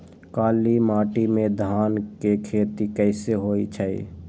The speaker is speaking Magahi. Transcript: काली माटी में धान के खेती कईसे होइ छइ?